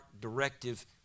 directive